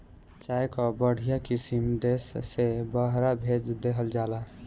चाय कअ बढ़िया किसिम देस से बहरा भेज देहल जाला